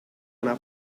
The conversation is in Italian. una